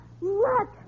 Look